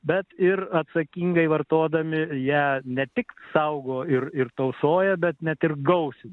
bet ir atsakingai vartodami ją ne tik saugo ir ir tausoja bet net ir gausina